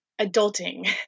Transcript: adulting